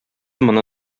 моны